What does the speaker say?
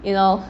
you know